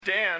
Dan